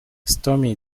stormy